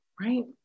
Right